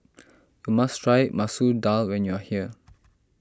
you must try Masoor Dal when you are here